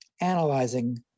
analyzing